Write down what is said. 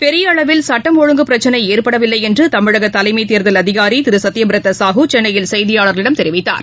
பெரிய அளவில் சுட்டம் ஒழுங்கு பிரச்சினை ஏற்படவில்லை என்று தமிழக தலைமை தேர்தல் அதிகாரி திரு சத்யபிரதாசாகு சென்னையில் செய்தியாளர்களிடம் தெரிவித்தார்